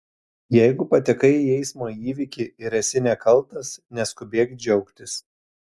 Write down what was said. jeigu patekai į eismo įvykį ir esi nekaltas neskubėk džiaugtis